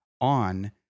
on